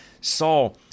Saul